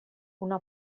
una